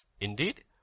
indeed